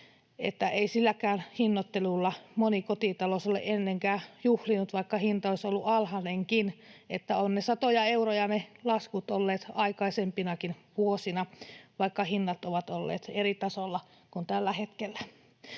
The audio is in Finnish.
ei silläkään hinnoittelulla moni kotitalous ole ennenkään juhlinut, vaikka hinta olisi ollut alhainenkin, vaan ovat ne laskut olleet satoja euroja aikaisempinakin vuosina, vaikka hinnat ovat olleet eri tasolla kuin tällä hetkellä.